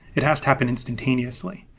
it has to happen instantaneously.